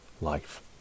life